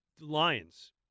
Lions